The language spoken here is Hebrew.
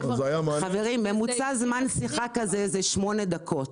חברים, ממוצע זמן שיחה כזה הוא שמונה דקות.